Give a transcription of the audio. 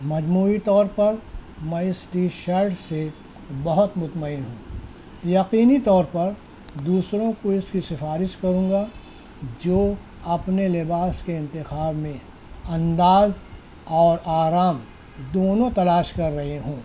مجموعی طور پر میں اس ٹی شرٹ سے بہت مطمئن ہوں یقینی طور پر دوسروں کو اس کی سفارش کروں گا جو اپنے لباس کے انتخاب میں انداز اور آرام دونوں تلاش کر رہے ہوں